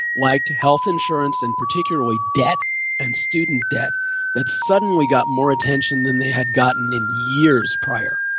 like health insurance and particularly debt and student debt that suddenly got more attention than they had gotten in years prior.